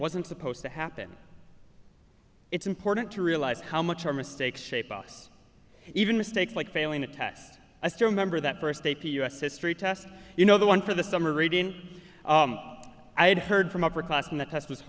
wasn't supposed to happen it's important to realize how much our mistakes shape us even mistakes like failing a test i still remember that first a p us history test you know the one for the summer reading i had heard from upper class and the test was